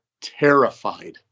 terrified